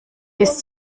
ist